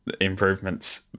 improvements